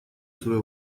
свое